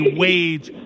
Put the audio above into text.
wage